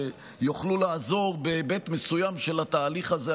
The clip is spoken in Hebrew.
שיוכלו לעזור בהיבט מסוים של התהליך הזה.